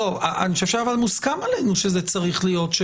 אני חושב שמוסכם עלינו שזה צריך להיות.